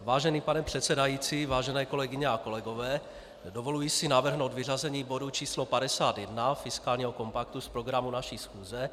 Vážený pane předsedající, vážené kolegyně a kolegové, dovoluji si navrhnout vyřazení bodu číslo 51, fiskálního kompaktu, z programu naší schůze.